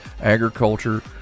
agriculture